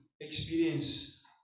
experience